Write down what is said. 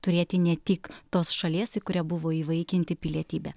turėti ne tik tos šalies į kurią buvo įvaikinti pilietybę